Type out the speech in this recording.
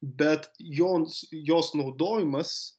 bet jons jos naudojimas